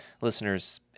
listeners